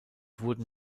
wurden